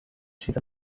شیر